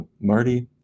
Marty